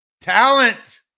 talent